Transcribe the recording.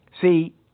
See